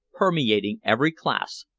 permeating every class,